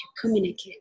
communicate